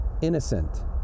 innocent